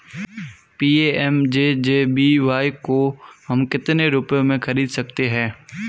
PMJJBY को हम कितने रुपयों में खरीद सकते हैं?